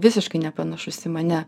visiškai nepanašus į mane